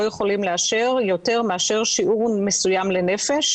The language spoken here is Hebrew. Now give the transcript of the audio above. יכולים לאשר יותר מאשר שיעור מסוים לנפש,